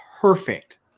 perfect